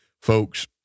Folks